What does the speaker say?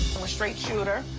i'm a straight shooter.